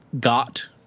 got